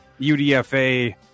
udfa